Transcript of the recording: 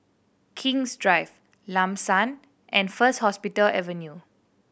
King's Drive Lam San and First Hospital Avenue